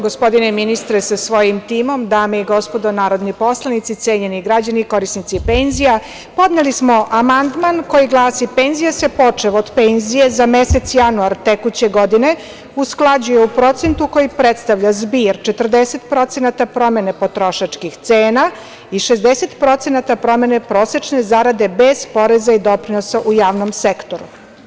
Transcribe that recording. Gospodine ministre sa svojim timom, dame i gospodo narodni poslanici, cenjeni građani, korisnici penzija, podneli smo amandman koji glasi – penzija se počev od penzije za mesec januar tekuće godine usklađuje u procentu koji predstavlja zbir 40% promene potrošačkih cena i 60% promene prosečene zarade bez poreza i doprinosa u javnom sektoru.